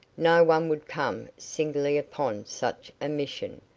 no one would come singly upon such a mission,